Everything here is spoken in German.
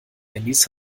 handys